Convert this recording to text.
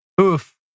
oof